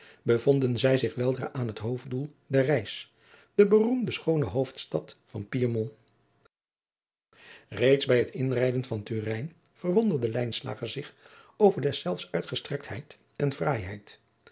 bevonden zij zich weldra aan het hoofddoel der reis de beroemde schoone hoofdstad van piemont reeds bij het inrijden van turin verwonderde lijnslager zich over adriaan loosjes pzn het leven van maurits lijnslager deszelfs uitgestrektheid en fraaiheid